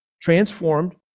transformed